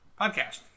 Podcast